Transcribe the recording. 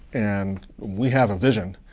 and we have a vision.